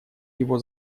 его